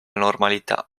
normalità